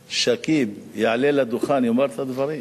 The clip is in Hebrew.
שכיב, יעלה לדוכן ויאמר את הדברים?